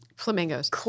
Flamingos